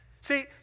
See